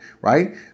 right